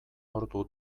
ordu